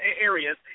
areas